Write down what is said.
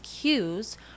cues